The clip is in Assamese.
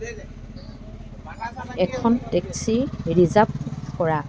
এখন টেক্সী ৰিজাৰ্ভ কৰা